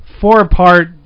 four-part